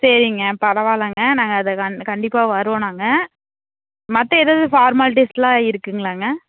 சரிங்க பரவாயிலங்க நாங்கள் அத கண் கண்டிப்பாக வருவோம் நாங்கள் மற்ற ஏதாவுது ஃபார்மாலிட்டிஸ்லாம் இருக்குதுங்களாங்க